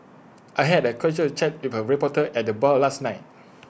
I had A casual chat with A reporter at the bar last night